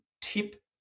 tip